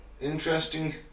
Interesting